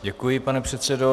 Děkuji, pane předsedo.